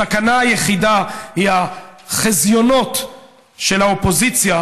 הסכנה היחידה היא החזיונות של האופוזיציה,